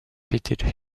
pitted